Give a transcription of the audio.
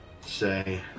Say